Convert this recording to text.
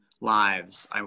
lives